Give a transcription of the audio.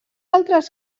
altres